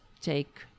take